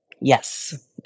Yes